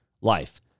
life